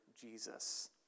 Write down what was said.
Jesus